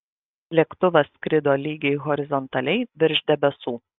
lėktuvas skrido lygiai horizontaliai virš debesų